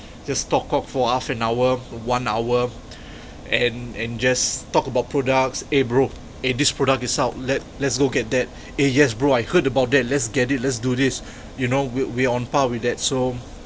just talk cock for half an hour one hour and and just talk about products eh bro eh this product is out let let's go get that eh yes bro I heard about that let's get it let's do this you know we're on par with that so